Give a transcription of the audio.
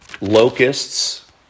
locusts